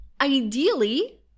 Ideally